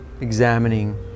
examining